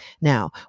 Now